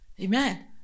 Amen